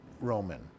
Roman